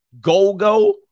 Gogo